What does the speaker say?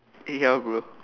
ya bro